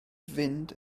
fynd